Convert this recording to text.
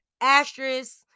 asterisk